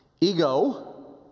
ego